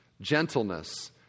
gentleness